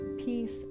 Peace